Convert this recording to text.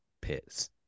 pits